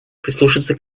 прислушаться